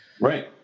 right